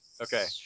Okay